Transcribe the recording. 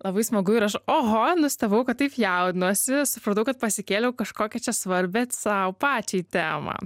labai smagu ir aš oho nustebau kad taip jaudinuosi supratau kad pasikėliau kažkokią čia svarbią sau pačiai temą